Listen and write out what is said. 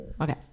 okay